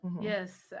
Yes